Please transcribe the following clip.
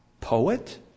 Poet